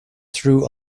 through